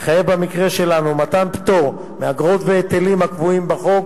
מחייב במקרה שלנו מתן פטור מאגרות והיטלים הקבועים בחוק